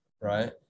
right